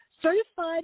certified